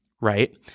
right